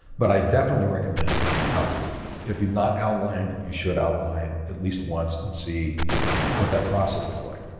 but i definitely recommend outlining. if you've not outlined, you should outline at least once and see what that process is like.